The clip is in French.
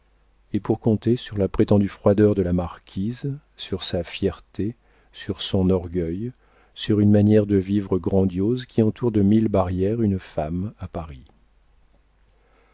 et pour compter sur la prétendue froideur de la marquise sur sa fierté sur son orgueil sur une manière de vivre grandiose qui entoure de mille barrières une femme à paris